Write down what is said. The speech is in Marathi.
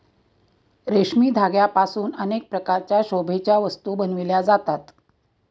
रेशमी धाग्यांपासून अनेक प्रकारच्या शोभेच्या वस्तू बनविल्या जातात